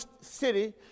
city